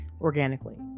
organically